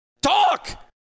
Talk